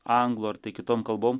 anglų ar kitom kalbom